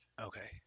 okay